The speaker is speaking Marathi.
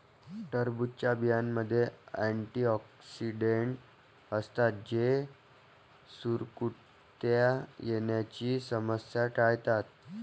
टरबूजच्या बियांमध्ये अँटिऑक्सिडेंट असतात जे सुरकुत्या येण्याची समस्या टाळतात